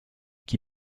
qui